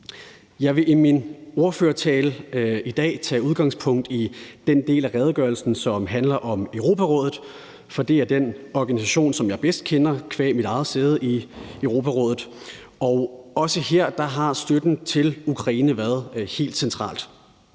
Jeg vil i min ordførertale i dag tage udgangspunkt i den del af redegørelsen, som handler om Europarådet, for det er den organisation, som jeg kender bedst qua mit eget sæde i Europarådet. Også her har støtten til Ukraine været helt central.